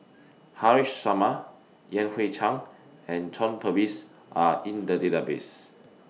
Haresh Sharma Yan Hui Chang and John Purvis Are in The Database